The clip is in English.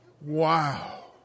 Wow